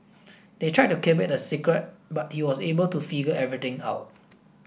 they tried to keep it a secret but he was able to figure everything out